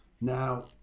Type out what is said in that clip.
Now